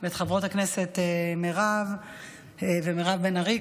ואת חברות הכנסת מירב ומירב בן ארי,